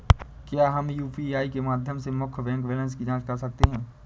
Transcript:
क्या हम यू.पी.आई के माध्यम से मुख्य बैंक बैलेंस की जाँच कर सकते हैं?